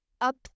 up